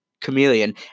chameleon